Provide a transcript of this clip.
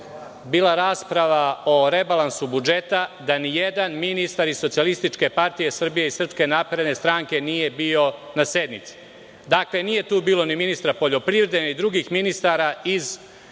bila rasprava o rebalansu budžeta da nijedan ministar iz Socijalističke partije Srbije i Srpske napredne stranke, nije bio na sednici. Dakle, nije tu bilo ni ministra poljoprivrede, ni drugih ministara iz Srpske